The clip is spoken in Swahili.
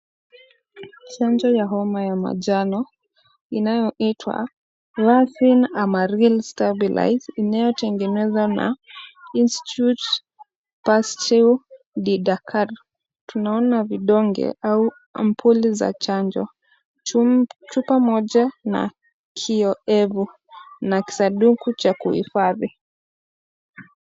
Chanjo ya homa ya manjano inayoitwa Vaccine Amarylli Stabilise inayotengenezwa na Institute Pasteur de Dakar . Tunaona vidonge au ampuli za chanjo, chupa moja na kioevu, na kisaduku cha kuhifadhi.